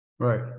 Right